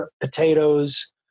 potatoes